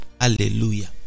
Hallelujah